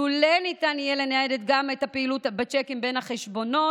לולא ניתן יהיה לנייד גם את הפעילות בצ'קים בין החשבונות,